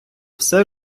все